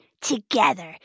together